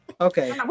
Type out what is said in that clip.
Okay